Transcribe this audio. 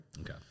Okay